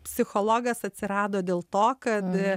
psichologas atsirado dėl to kad